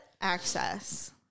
access